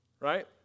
right